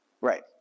Right